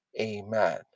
Amen